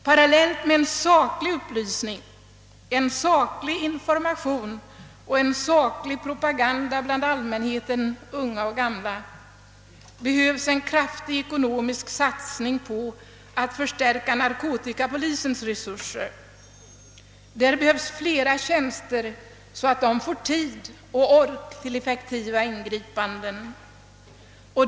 Parallelit med en saklig upplysning, saklig information och saklig propaganda bland allmänheten, unga och gamla, behövs en kraftig ekonomisk satsning för att förstärka narkotikapolisens resurser. Där behövs flera tjänster, så att man får tid och ork till effektiva ingripanden.